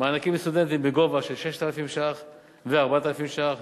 מענקים לסטודנטים בגובה 6,000 ש"ח ו-4,000 ש"ח,